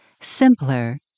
simpler